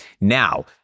Now